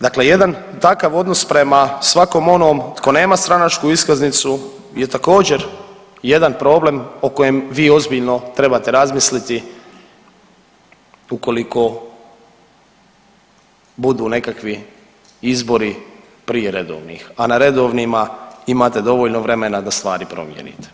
Dakle jedan takav odnos prema svakom onom tko nema stranačku iskaznicu je također jedan problem o kojem vi ozbiljno trebate razmisliti ukoliko budu nekakvi izbori prije redovnih, a na redovnima imate dovoljno vremena da stvari promijenite.